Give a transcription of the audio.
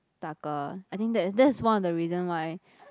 大哥 I think that that's one of the reason why